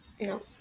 No